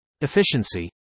Efficiency